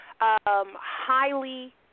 highly